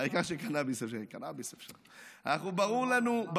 העיקר שקנביס אפשר, זה מה שחשוב.